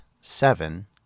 seven